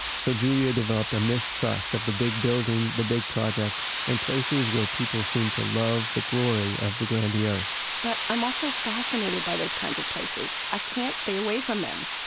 so julia developed a mistrust of the big building, the big project, and places where people seem to love the glory of the grandiose but i'm also fascinated by those kinds of places. i cannot stay away from them.